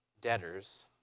debtors